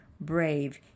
brave